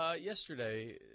yesterday